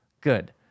Good